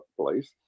place